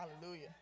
hallelujah